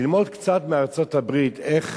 ללמוד קצת מארצות-הברית, איך